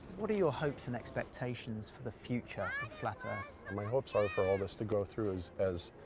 what are your hopes and expectations for the future of flat earth? my hopes are for all this to go through as as